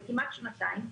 זה כמעט שנתיים,